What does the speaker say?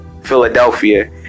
Philadelphia